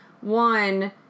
One